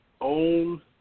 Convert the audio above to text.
own